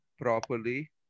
properly